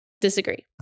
disagree